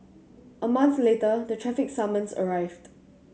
a month later the traffic summons arrived